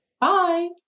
bye